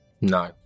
No